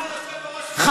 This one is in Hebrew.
אני אבקש,